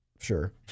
Sure